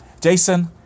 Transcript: Jason